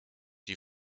die